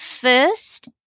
first